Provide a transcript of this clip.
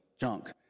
junk